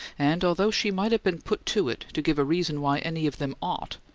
and although she might have been put to it to give a reason why any of them ought,